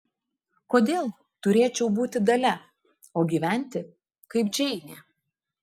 kodėl turėčiau būti dalia o gyventi kaip džeinė